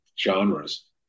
genres